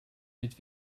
mit